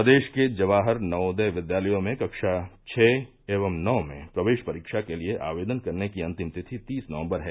प्रदेश के जवाहर नवोदय विद्यालयों में कक्षा छः एवं नौ में प्रवेश परीक्षा के लिये आवेदन करने की अन्तिम तिथि तीस नवम्बर है